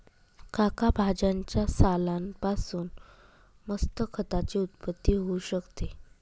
काका भाज्यांच्या सालान पासून मस्त खताची उत्पत्ती होऊ शकते